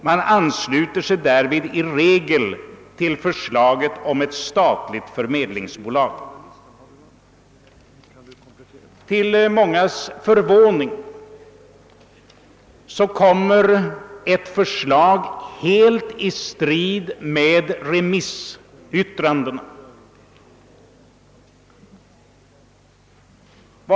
Man ansluter sig därvid i regel till förslaget om ett statligt förmedlingsbolag.» Till mångas förvåning framlades det sedan ett förslag, som stod helt i strid med remissyttrandena.